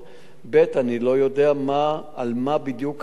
אני לא יודע על מה בדיוק האסיר,